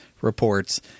reports